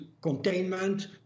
containment